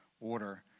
order